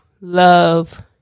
love